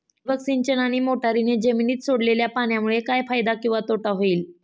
ठिबक सिंचन आणि मोटरीने जमिनीत सोडलेल्या पाण्यामुळे काय फायदा किंवा तोटा होईल?